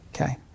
Okay